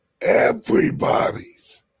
everybody's